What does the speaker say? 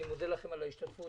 אני מודה לכם על ההשתתפות,